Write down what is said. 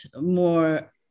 more